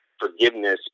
forgiveness